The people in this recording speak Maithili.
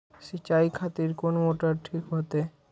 सीचाई खातिर कोन मोटर ठीक होते?